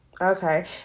Okay